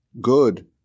Good